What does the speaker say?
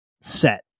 set